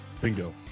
bingo